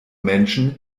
menschen